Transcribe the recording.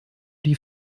die